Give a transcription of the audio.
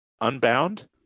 Unbound